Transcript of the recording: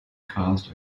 caused